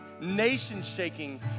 nation-shaking